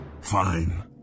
Fine